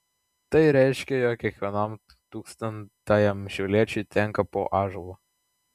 tai reiškė jog kiekvienam tūkstantajam šiauliečiui tenka po ąžuolą